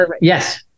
yes